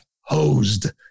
hosed